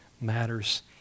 matters